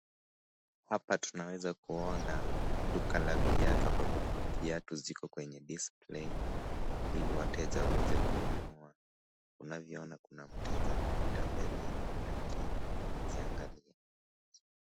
Hapa tunaweza kuona duka la viatu ambapo viatu ziko kwenye display ili wateja waweze kununua. Tunavyoona kuna mteja anapita mbele akiziangalia.